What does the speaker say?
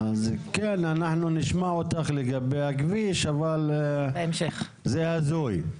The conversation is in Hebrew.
כן, אנחנו נשמע אותך לגבי הכביש, אבל זה הזוי.